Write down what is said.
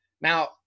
Now